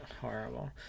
Horrible